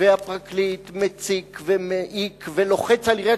הפרקליט מציק ומעיק ולוחץ על עיריית